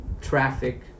traffic